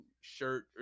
shirt